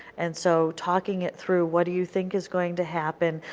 and so talking it through, what do you think is going to happen?